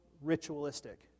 ritualistic